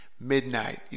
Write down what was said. midnight